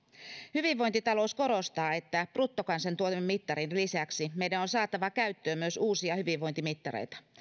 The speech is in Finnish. hyvinvointitalous korostaa että bruttokansantuotemittarin lisäksi meidän on saatava käyttöön myös uusia hyvinvointimittareita